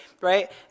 right